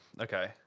Okay